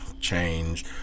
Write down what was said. change